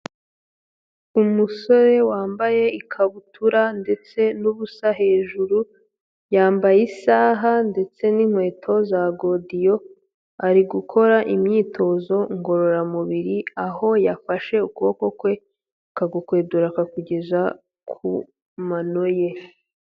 Umusore wambaye ikabutura ndetse n'ubusa hejuru, yambaye isaha ndetse n'inkweto za godiyo, ari gukora imyitozo ngororamubiri, aho yafashe ukuboko kwe akagukwedura akakugeza ku mano ye.